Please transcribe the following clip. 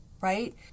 right